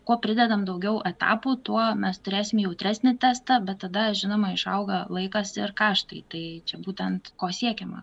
kuo pridedam daugiau etapų tuo mes turėsim jautresnį testą bet tada žinoma išauga laikas ir karštai tai čia būtent ko siekiama